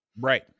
right